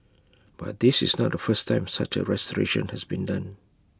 but this is not the first time such A restoration has been done